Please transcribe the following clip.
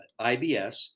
IBS